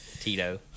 Tito